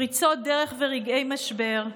פריצות דרך ורגעי משבר,